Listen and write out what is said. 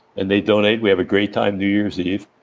and they donate, we have a great time new year's eve,